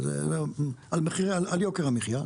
על יוקר המחייה,